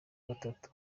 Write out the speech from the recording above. gatatu